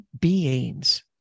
beings